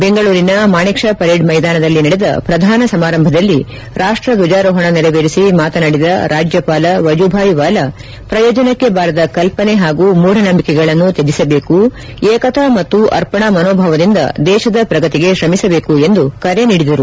ಬೆಂಗಳೂರಿನ Manekshaw parade ಮೈದಾನದಲ್ಲಿ ನಡೆದ ಪ್ರಧಾನ ಸಮಾರಂಭದಲ್ಲಿ ರಾಷ್ಟ್ರ ಧ್ವಜಾರೋಹಣ ನೆರವೇರಿಸಿ ಮಾತನಾಡಿದ ರಾಜ್ಯಪಾಲ ವಜೂಭಾಯ್ ವಾಲಾ ಪ್ರಯೋಜನಕ್ಕೆ ಬಾರದ ಕಲ್ವನೆ ಹಾಗೂ ಮೂಢನಂಬಿಕೆಗಳನ್ನು ತ್ಯಜಿಸಬೇಕು ಏಕತಾ ಮತ್ತು ಅರ್ಪಣಾ ಮನೋಭಾವದಿಂದ ದೇಶದ ಪ್ರಗತಿಗೆ ಶ್ರಮಿಸಬೇಕು ಎಂದು ಕರೆ ನೀಡಿದರು